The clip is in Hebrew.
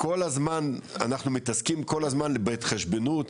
אנחנו מתעסקים כל הזמן בהתחשבנות,